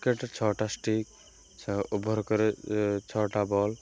କ୍ରିକେଟ୍ରେ ଛଅଟା ଷ୍ଟିକ୍ ଛ ଓଭର୍ କରେ ଛଅଟା ବଲ୍